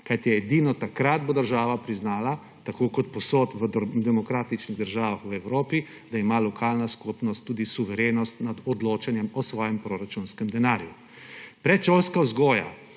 kajti edino takrat bo država priznala, tako kot povsod v demokratičnih državah v Evropi, da ima lokalna skupnost tudi suverenost nad odločanjem o svojem proračunskem denarju. Predšolska vzgoja